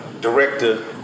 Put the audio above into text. director